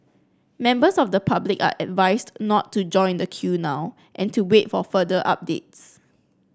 members of the public are advised not to join the queue now and to wait for further updates